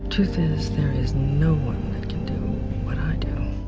truth is, there is no one that can do what i do.